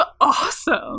awesome